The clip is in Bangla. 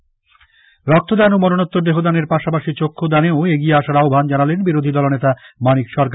বক্তদান রক্তদান ও মরণোত্তর দেহদানের পাশাপাশি চক্ষুদানেও এগিয়ে আসার আহ্বান জানালেন বিরোধী দলনেতা মানিক সরকার